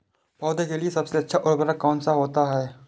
पौधे के लिए सबसे अच्छा उर्वरक कौन सा होता है?